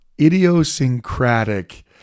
idiosyncratic